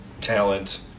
talent